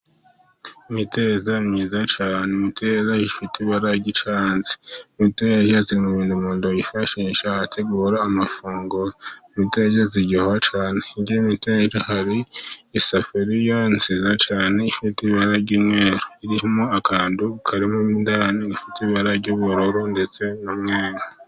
Imiteja myiza cyane, imteja ifite ibara ry'icyatsi. Imiteja iri mu bintu umuntu yifashisha ategura amafunguro. imiteja iraryoha cyane. Hirya y'imiteja hari isafuriya nziza cyane, ifite ibara ry'umweru, irimo akantu karimo imbere gafite ibara ry'ubururu ndetse n'umweru.